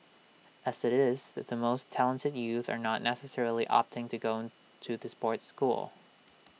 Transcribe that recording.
as IT is the most talented youth are not necessarily opting to go to the sports school